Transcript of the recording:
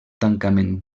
tancament